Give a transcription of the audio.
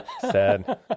Sad